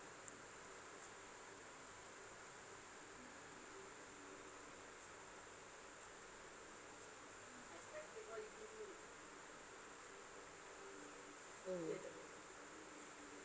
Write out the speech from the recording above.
mm